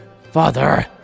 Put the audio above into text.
Father